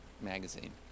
Magazine